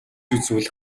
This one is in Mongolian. үзвэл